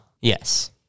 Yes